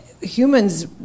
humans